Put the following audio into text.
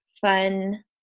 fun